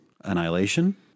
Annihilation